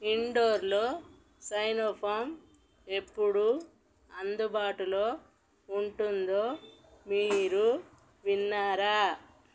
ఇండోర్లో Sinopharm ఎప్పుడు అందుబాటులో ఉంటుందో మీరు విన్నారా